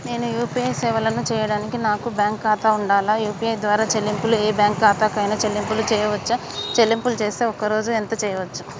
నేను యూ.పీ.ఐ సేవలను చేయడానికి నాకు బ్యాంక్ ఖాతా ఉండాలా? యూ.పీ.ఐ ద్వారా చెల్లింపులు ఏ బ్యాంక్ ఖాతా కైనా చెల్లింపులు చేయవచ్చా? చెల్లింపులు చేస్తే ఒక్క రోజుకు ఎంత చేయవచ్చు?